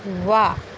वाह